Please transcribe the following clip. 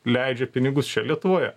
leidžia pinigus čia lietuvoje